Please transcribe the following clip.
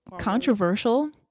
controversial